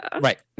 Right